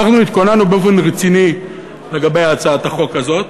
אנחנו התכוננו באופן רציני לגבי הצעת החוק הזאת.